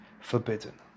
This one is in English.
forbidden